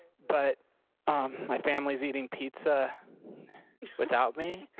but my family is eating pizza without me.